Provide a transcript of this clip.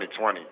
2020